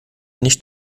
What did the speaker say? nicht